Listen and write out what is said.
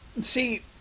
See